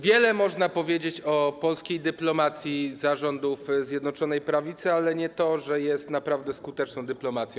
Wiele można powiedzieć o polskiej dyplomacji za rządów Zjednoczonej Prawicy, ale nie to, że jest naprawdę skuteczną dyplomacją.